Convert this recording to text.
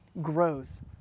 grows